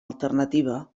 alternativa